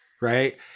Right